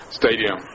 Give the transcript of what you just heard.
stadium